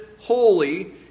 holy